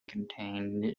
contained